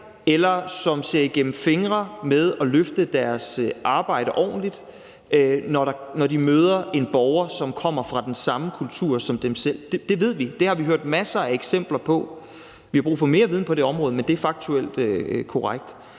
eller som ser igennem fingre med ting i forhold til at løfte deres arbejde ordentligt, når de møder en borger, som kommer fra den samme kultur som dem selv. Det ved vi; det har vi hørt masser af eksempler på. Vi har brug for mere viden på det område, men det er faktuelt korrekt.